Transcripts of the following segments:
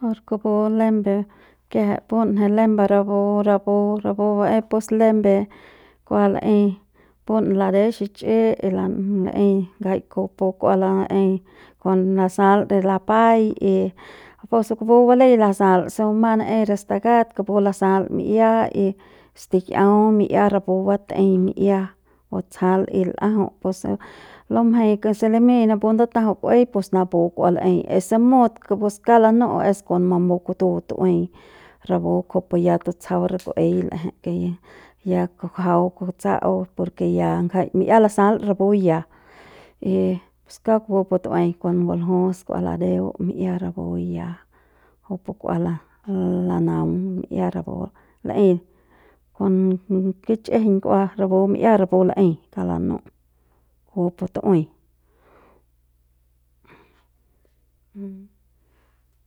Por kupu lembe kiajai punje lembe rapu rapu rapu baep pus lembe kua laei pun lades xich'i y laei ngjai kupu pu kua laei kon nasal ne napai y kupu se kupu balei lasal se bumang n'ei re stakat kupu lasal mi'ia y stikiau mi'ia rapu batei mi'ia batsjal y l'ajau puse lumjei puse limiñ napu ndatajau ku'uei pus napu kua laei y si mut pus kupu kauk lanu'u es kon mamu kutu tu'uei rapu kujupu ya tutsjau re ku'uei l'eje ke ya kujuau kutsa'au por ke ya ngjai mi'ia lasal rapu ya y pus kauk kupu pu tu'uei kon nguljus kua ladeu mi'ia rapu ya kujupu kua la lanaung mi'ia rapu laei kon kon kich'ijiñ kua rapu mi'ira rapu laei kauk lanu'u kup pu tu'uei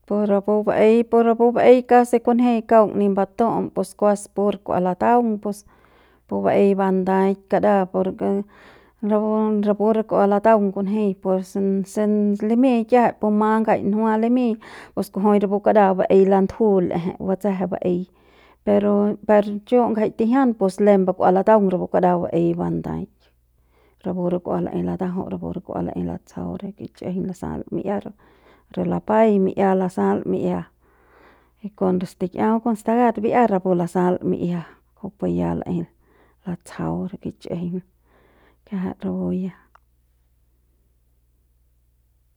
pu rapu baei pu rapu baei kasi kunji kaung ni mbatu'um pus kuas pur kua lataung pus pu baei bandaik kara por ke rapu rapu re kua lataung kunji pus se limiñ kiajai puma jai njua limiñ pus kujui rapu kara baei latju l'ejei batsje baei per per chu ngjai tijian pus lembu kua lataun rapu kara baei bandaik rapu re kua laei latajau rapu re kua laei latsjau re kichjiñ lasal mi'ia rapu re lapai mi'ia lasal mi'ia kon re stikiuaung mi'ia rapu lasal mi'ia kujupu ya laei latsjau re kich'ijiñ kiajai rapu ya.